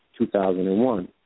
2001